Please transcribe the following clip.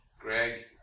Greg